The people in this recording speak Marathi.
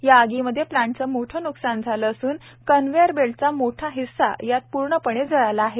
याआगीमध्येप्लांटचेमोठेन्कसानझालेअसूनकन्व्हेअरबेल्टचामोठाहिस्सायातपूर्णपणेजळालाआहे